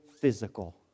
physical